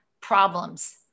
problems